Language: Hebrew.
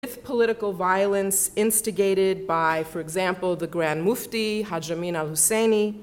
‫עם אלימות פוליטית שהופעלה על ידי, למשל, הגרנד מופתי, ‫חג' אמין אל חוסייני.